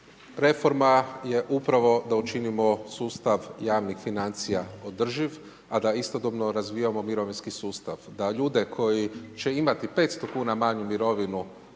Reforma je upravo da učinimo sustav javnih financija održiv, a da istodobno razvijamo mirovinski sustav, da ljude koji će imati 500 kuna manju mirovinu